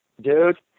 dude